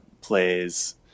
plays